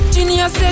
Genius